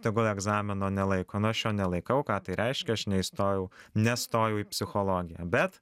tegul egzamino nelaiko nu aš jo nelaikau ką tai reiškia aš neįstojau nestojau į psichologiją bet